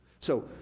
so,